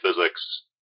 physics